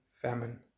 famine